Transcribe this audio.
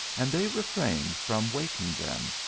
and they refrained from waking them,